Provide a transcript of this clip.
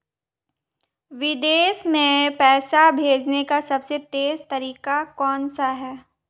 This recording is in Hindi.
विदेश में पैसा भेजने का सबसे तेज़ तरीका कौनसा है?